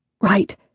Right